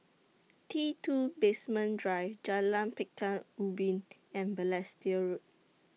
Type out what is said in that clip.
T two Basement Drive Jalan Pekan Ubin and Balestier Road